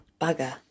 bugger